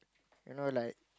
you know like